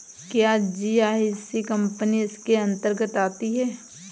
क्या GIC company इसके अन्तर्गत आती है?